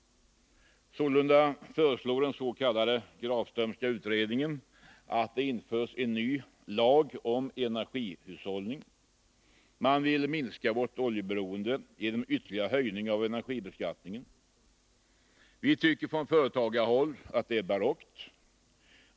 Sålunda föreslår den s.k. Grafströmska utredningen att det införs en ny lag om energihushållning. Man vill minska vårt oljeberoende genom ytterligare höjning av energibeskattningen. Vi tycker från företagarhåll att det är barockt.